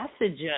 messages